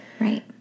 Right